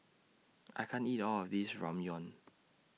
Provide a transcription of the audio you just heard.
I can't eat All of This Ramyeon